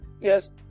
Yes